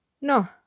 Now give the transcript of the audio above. No